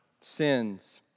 sins